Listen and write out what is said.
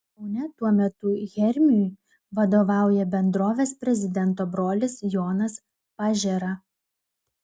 kaune tuo metu hermiui vadovauja bendrovės prezidento brolis jonas pažėra